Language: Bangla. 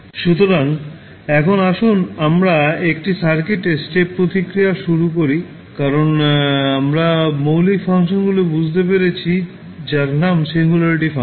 সুতরাং এখন আসুন আমরা একটি সার্কিটের স্টেপ প্রতিক্রিয়া শুরু করি কারণ আমরা মৌলিক ফাংশনগুলি বুঝতে পেরেছি যার নাম সিঙ্গুলারিটি ফাংশন